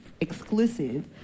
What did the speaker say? exclusive